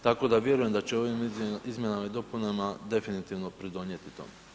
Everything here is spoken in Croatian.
Tako da vjerujem da će ovim izmjenama i dopunama definitivno pridonijeti tome.